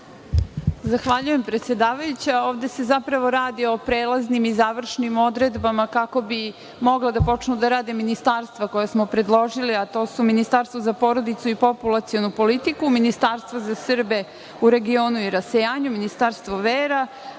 Zahvaljujem, predsedavajuća. Ovde za zapravo radi o prelaznim i završnim odredbama kako bi mogla da počnu da rade ministarstva koja smo predložili, a to su ministarstvo za porodicu i populacionu politiku, ministarstvo za Srbe u regionu i rasejanju, ministarstvo vera,